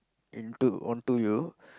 into onto you